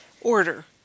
Order